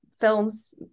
films